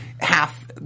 half